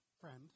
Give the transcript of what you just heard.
friend